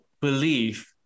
believe